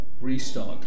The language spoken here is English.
restart